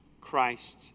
Christ